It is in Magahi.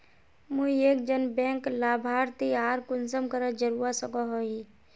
मुई एक जन बैंक लाभारती आर कुंसम करे जोड़वा सकोहो ही?